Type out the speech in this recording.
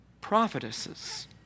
prophetesses